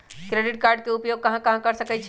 Credit card के उपयोग कहां कहां कर सकईछी?